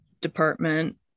department